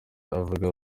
avuga